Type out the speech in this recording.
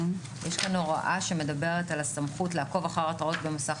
יש כאן הוראה שמדברת על הסמכות לעקוב אחר התראות במסך